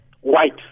White